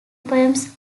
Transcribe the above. poems